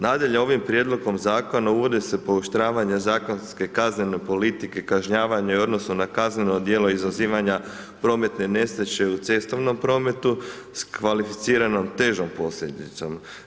Nadalje, ovim prijedlogom zakona uvodi se pooštravanja zakonske kaznene politike kažnjavanja u odnosu na kazneno djelo izazivanja prometne nesreće u cestovnom prometu sa kvalificiranom težom posljedicom.